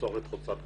הבצורת חוצה גבולות.